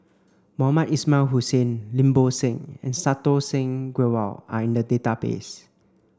Mohamed Ismail Hussain Lim Bo Seng and Santokh Singh Grewal are in the database